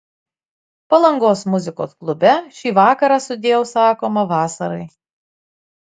palangos muzikos klube šį vakarą sudieu sakoma vasarai